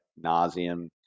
nauseum